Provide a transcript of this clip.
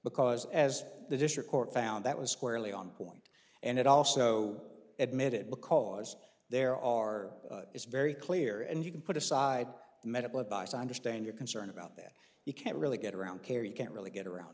because as the district court found that was squarely on point and it also admitted because there are it's very clear and you can put aside the medical advice i understand your concern about that you can't really get around care you can't really get around